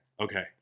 Okay